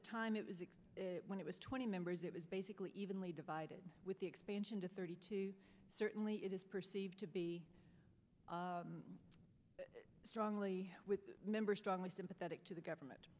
the time it was when it was twenty members it was basically evenly divided with the expansion to thirty two certainly it is perceived to be strongly with members strongly sympathetic to the government